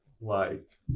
light